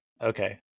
okay